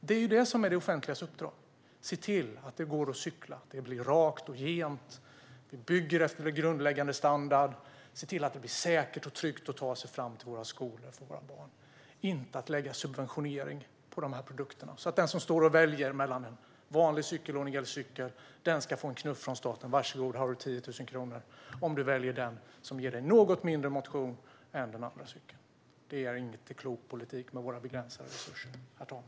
Det är det som är det offentligas uppdrag: att se till att det går att cykla, att det blir rakt och gent, att bygga efter en grundläggande standard och se till att det blir säkert och tryggt att ta sig fram till skolan för våra barn. Vi ska inte lägga en subventionering på de här produkterna så att den som står och väljer mellan en vanlig cykel och en elcykel ska få en knuff från staten: Varsågod, här har du 10 000 kronor om du väljer den som ger dig något mindre motion än den andra cykeln! Det är inte en klok politik med våra begränsade resurser, herr talman.